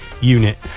unit